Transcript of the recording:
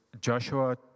Joshua